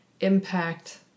impact